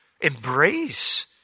embrace